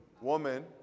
Woman